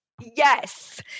Yes